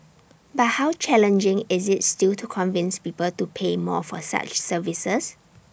but how challenging is IT still to convince people to pay more for such services